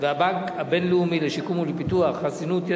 והבנק הבין-לאומי לשיקום ולפיתוח (חסינות,